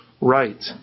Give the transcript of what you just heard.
right